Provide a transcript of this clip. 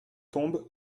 tombe